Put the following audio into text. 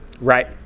Right